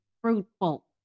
fruitful